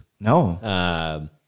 no